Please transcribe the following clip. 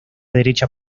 derecha